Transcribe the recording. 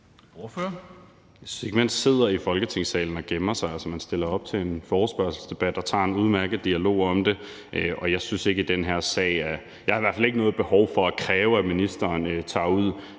jeg har i hvert fald ikke noget behov for at kræve, at ministeren tager ud